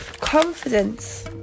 confidence